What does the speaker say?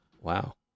Wow